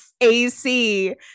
AC